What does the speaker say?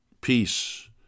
peace